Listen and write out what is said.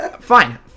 Fine